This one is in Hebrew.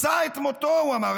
מצא את מותו, הוא אמר.